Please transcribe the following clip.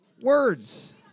words